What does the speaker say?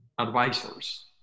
advisors